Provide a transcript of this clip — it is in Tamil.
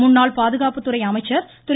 முன்னாள் பாதுகாப்புத்துறை அமைச்சர் திரு